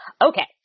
Okay